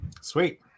sweet